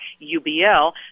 UBL